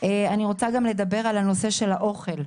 אני רוצה לדבר גם על נושא האוכל.